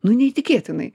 nu neįtikėtinai